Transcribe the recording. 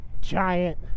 giant